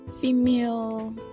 female